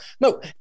no